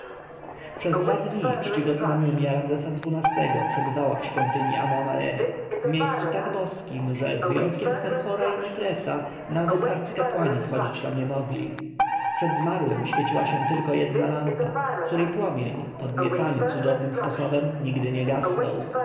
przez dwa dni czcigodna mumja ramzesa xii-go przebywała w świątyni amona ra w miejscu tak boskiem że z wyjątkiem herhora i mefresa nawet arcykapłani wchodzić tam nie mogli przed zmarłym świeciła się jedna tylko lampa której płomień podniecany cudownym sposobem nigdy nie gasnął